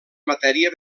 matèria